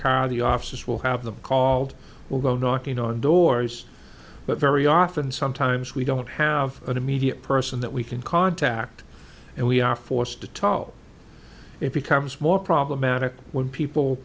that the officers will have them called we'll go door to door doors but very often sometimes we don't have a media person that we can contact and we are forced to talk it becomes more problematic when people